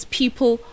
people